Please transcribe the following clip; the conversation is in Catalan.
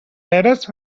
peres